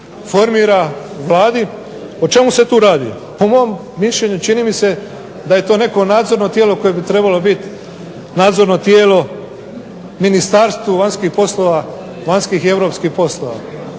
O čemu se tu radi? Po mom mišljenju čini mi se da je to neko nadzorno tijelo koje bi trebalo biti nadzorno tijelo Ministarstvu vanjskih poslova, vanjskih i europskih poslova.